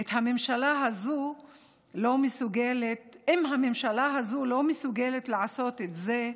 אם הממשלה הזו לא מסוגלת לעשות את זה,